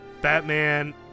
batman